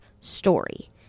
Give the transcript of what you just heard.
story